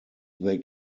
they